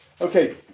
Okay